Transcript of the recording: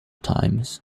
times